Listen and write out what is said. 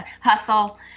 hustle